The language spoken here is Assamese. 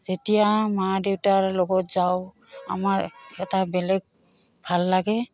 যেতিয়া মা দেউতাৰ লগত যাওঁ আমাৰ এটা বেলেগ ভাল লাগে